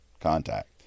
contact